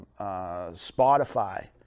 Spotify